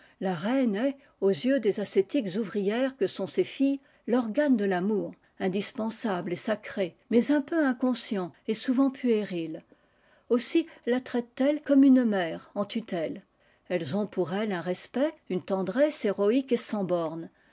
la reine est aux yeux des ascétiques ouvrières que sont ses filles l'organe de l'amour indispensable et sacré mais un peu inconscient et souvent puéril aussi la traitent elles comme une mère en tutelle elles ont pour elle un respect une tendresse héroïque et sans bon